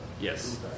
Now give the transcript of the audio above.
Yes